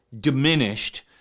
diminished